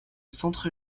centre